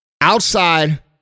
outside